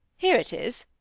here it is